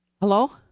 Hello